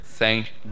Thank